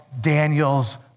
Daniel's